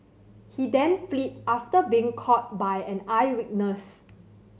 he then fled after being caught by an eyewitness